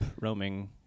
roaming